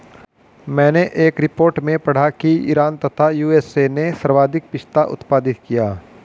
मैनें एक रिपोर्ट में पढ़ा की ईरान तथा यू.एस.ए ने सर्वाधिक पिस्ता उत्पादित किया